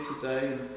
today